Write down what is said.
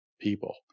people